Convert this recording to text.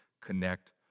connect